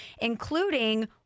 including